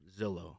Zillow